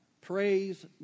Praise